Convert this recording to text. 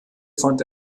fand